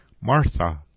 martha